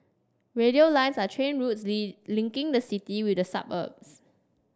radial lines are train routes linking the city with the suburbs